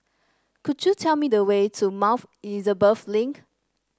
could you tell me the way to Elizabeth Link